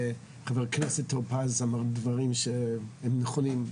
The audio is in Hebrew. חבר הכנסת אמר דברים שהם נכונים.